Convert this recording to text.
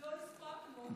לא הספקנו.